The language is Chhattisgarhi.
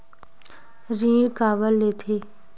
ऋण काबर लेथे?